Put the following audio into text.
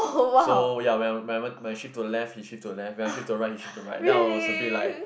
so ya when I when I when I shift to the left he shift to the left when I shift to the right he shift to the right then I was a bit like